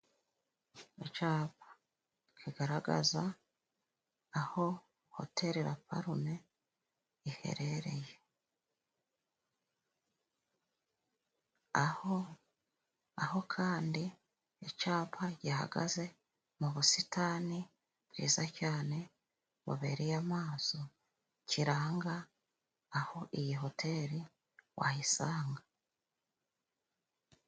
Icapa kigaragaza aho Hoteli Lapalume iherereye. Aho aho kandi, icapa gihagaze mu busitani bwiza cyane, bubereye amaso, kiranga aho iyi hoteli wayisanga.